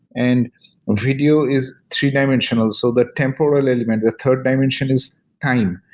and video is three-dimensional, so the temporal element, the third dimension is time.